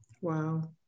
Wow